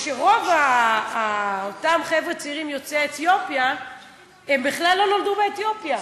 שרוב אותם חבר'ה צעירים יוצאי אתיופיה בכלל לא נולדו באתיופיה.